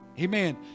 Amen